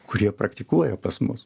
kurie praktikuoja pas mus